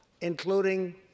including